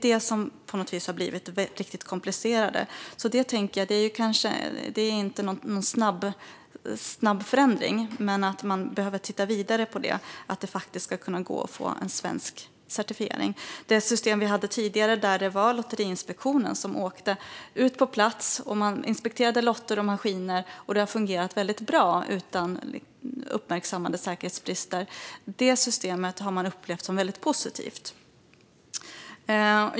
Det har på något vis blivit riktigt komplicerat. Det handlar inte om någon snabb förändring, men man behöver titta vidare på att det ska kunna gå att få en svensk certifiering. Enligt det system vi hade tidigare var det Lotteriinspektionen som åkte ut på plats och inspekterade lotter och maskiner. Det fungerade väldigt bra, utan uppmärksammade säkerhetsbrister. Man har upplevt det systemet som positivt.